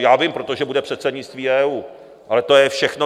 Já vím, protože bude předsednictví EU, ale to je všechno.